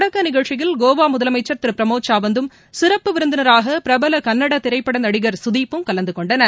தொடக்க நிகழ்ச்சியில் கோவா முதலமைச்சர் திரு பிரமோத் சாவந்த்தும் சிறப்பு விருந்தினராக பிரபல கன்னட திரைப்பட நடிகர் சுதிப்பும் கலந்து கொண்டனர்